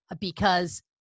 because-